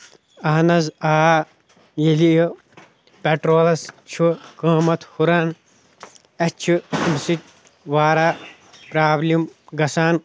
اہن حظ آ ییٚلہِ یہِ پیٹرولَس چھُ قۭمَتھ ہُران اَسہِ چھِ اَمہِ سۭتۍ واریاہ پرابلم گژھان